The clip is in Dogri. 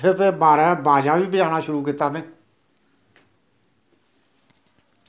ते फिर बाह्रे बाजा बी बजाना शुरू कीता मैं